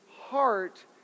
heart